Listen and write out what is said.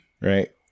right